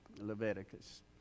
Leviticus